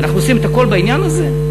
אנחנו עושים את הכול בעניין הזה?